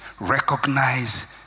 recognize